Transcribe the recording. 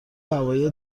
هوایی